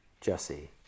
Jesse